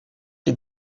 est